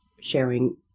sharing